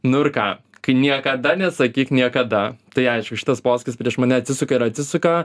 nu ir ką kai niekada nesakyk niekada tai aišku šitas posakis prieš mane atsisuka ir atsisuka